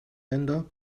länder